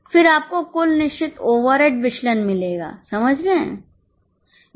फिर आपको कुल निश्चित ओवरहेड विचलन मिलेगा समझ रहे हैं